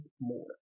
more